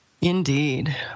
Indeed